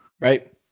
right